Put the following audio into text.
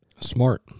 smart